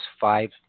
Five